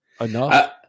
enough